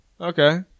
Okay